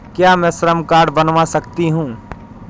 क्या मैं श्रम कार्ड बनवा सकती हूँ?